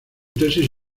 tesis